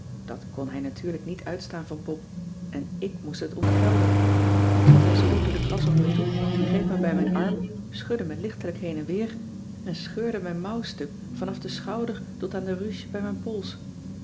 dat kon hij natuurlijk niet uitstaan van pop en k moest het ontgelden want hij schoot door de klas op me toe greep me bij mijn arm schudde me lichtelijk heen en weer en scheurde mijn mouw stuk vanaf den schouder tot aan de ruche bij mijn pols